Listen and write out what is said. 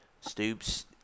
Stoops